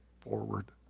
forward